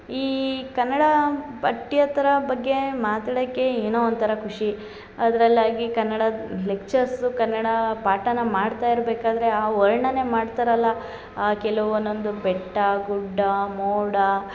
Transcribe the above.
ಈ ಕನ್ನಡ ಪಠ್ಯೇತರ ಬಗ್ಗೆ ಮಾತಡಕ್ಕೆ ಏನೋ ಒಂಥರ ಖುಷಿ ಅದ್ರಲಾಗಿ ಕನ್ನಡದ ಲೆಕ್ಚರ್ಸು ಕನ್ನಡ ಪಾಠನ ಮಾಡ್ತಾ ಇರ್ಬೇಕಾದರೆ ಆ ವರ್ಣನೆ ಮಾಡ್ತಾರಲ್ಲ ಆ ಕೆಲ ಒನ್ನೊಂದು ಬೆಟ್ಟ ಗುಡ್ಡ ಮೋಡ